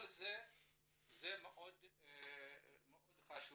כל זה מאוד חשוב.